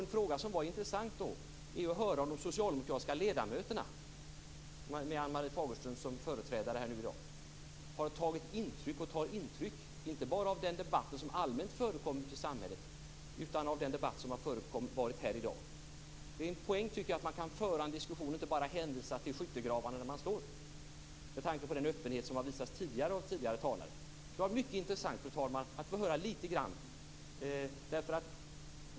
Något som då vore intressant är att höra om de socialdemokratiska ledamöterna, med Ann-Marie Fagerström som företrädare här i dag, har tagit, och tar, intryck inte bara av den debatt som allmänt förekommit i samhället utan också av den debatt som varit här i dag. Jag tycker att det är en poäng att man kan föra en diskussion i stället för att bara hänvisa till skyttegravar där man står; detta med tanke på den öppenhet som visats av tidigare talare. Fru talman! Det vore mycket intressant att få höra lite grann om detta.